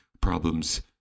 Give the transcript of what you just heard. problems